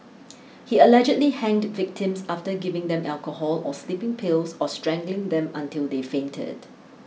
he allegedly hanged victims after giving them alcohol or sleeping pills or strangling them until they fainted